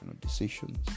decisions